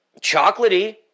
chocolatey